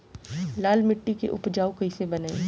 लाल मिट्टी के उपजाऊ कैसे बनाई?